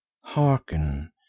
hearken